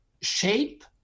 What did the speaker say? shape